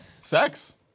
Sex